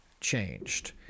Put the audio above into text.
changed